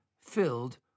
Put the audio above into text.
filled